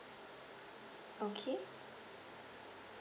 okay